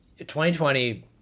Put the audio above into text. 2020